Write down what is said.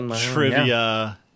trivia